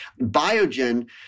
Biogen